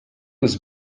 was